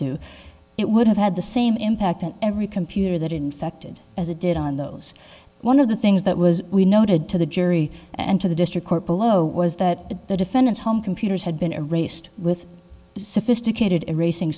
to it would have had the same impact on every computer that infected as it did on those one of the things that was we noted to the jury and to the district court below was that the defendant's home computers had been erased with sophisticated erasing